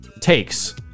takes